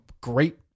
great